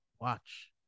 Watch